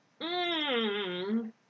Mmm